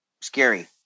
scary